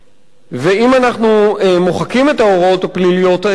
ואם אנחנו מוחקים את ההוראות הפליליות האלה,